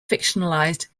fictionalized